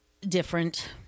different